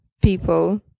people